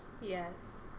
Yes